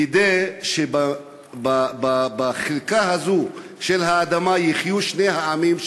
כדי שבחלקה הזאת של האדמה יחיו שני העמים,